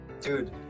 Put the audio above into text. Dude